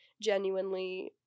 genuinely